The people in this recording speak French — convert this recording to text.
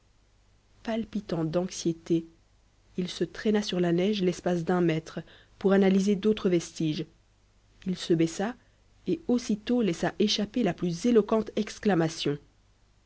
palpitant d'anxiété il se traîna sur la neige l'espace d'un mètre pour analyser d'autres vestiges il se baissa et aussitôt laissa échapper la plus éloquente exclamation